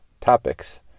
topics